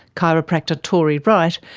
chiropractor tori wright,